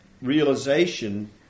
realization